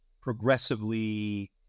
progressively